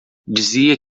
dizia